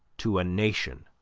to a nation.